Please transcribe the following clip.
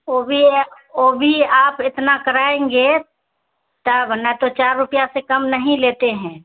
وہ بھی ایک وہ بھی آپ اتنا کرائیں گے تب نہ تو چار روپیہ سے کم نہیں لیتے ہیں